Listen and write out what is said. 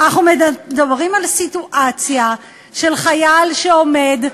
אנחנו מדברים על סיטואציה של חייל שעומד,